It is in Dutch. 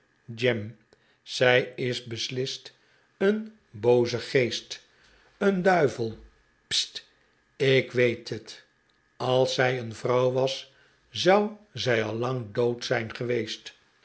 jem zij is beslist een booze geest een duivel st ik weet het als zij een vrouw was zou zij al lang dood zijn geweest